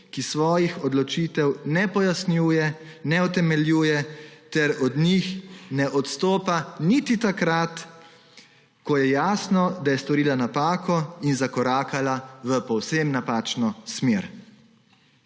ki svojih odločitev ne pojasnjujejo, ne utemeljujejo ter od njih ne odstopajo niti takrat, ko je jasno, da so storili napako in zakorakali v povsem napačno smer.